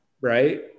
Right